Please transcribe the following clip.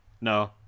No